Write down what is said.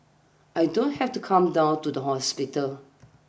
I don't have to come down to the hospital